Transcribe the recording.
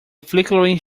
flickering